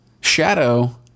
shadow